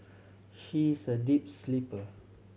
she is a deep sleeper